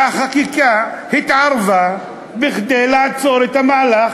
והחקיקה התערבה כדי לעצור את המהלך,